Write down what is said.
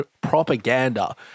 propaganda